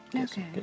Okay